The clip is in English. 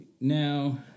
now